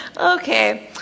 Okay